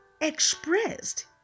expressed